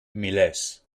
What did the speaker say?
milers